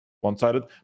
one-sided